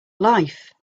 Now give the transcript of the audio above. life